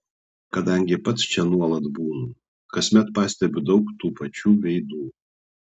kadangi pats čia nuolat būnu kasmet pastebiu daug tų pačių veidų